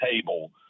table